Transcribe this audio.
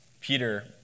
Peter